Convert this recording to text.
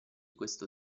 questo